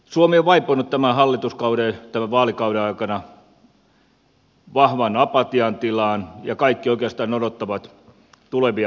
suomi on vaipunut tämän hallituskauden tämän vaalikauden aikana vahvan apatian tilaan ja kaikki oikeastaan odottavat tulevia vaaleja